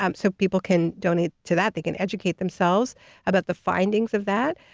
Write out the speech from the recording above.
um so people can donate to that, they can educate themselves about the findings of that,